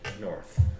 north